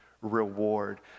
reward